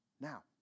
Now